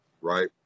Right